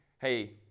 hey